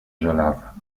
żelaza